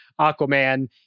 Aquaman